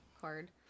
card